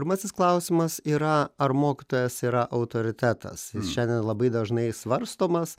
pirmasis klausimas yra ar mokytojas yra autoritetas jis šiandien labai dažnai svarstomas